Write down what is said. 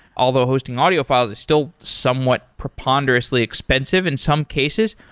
although hosting audio files is still somewhat preponderously expensive in some cases.